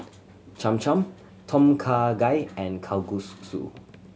Cham Cham Tom Kha Gai and